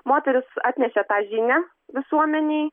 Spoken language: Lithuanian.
moterys atnešė tą žinią visuomenei